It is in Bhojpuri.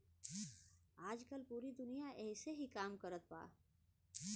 आजकल पूरी दुनिया ऐही से काम कारत बा